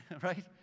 right